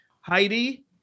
Heidi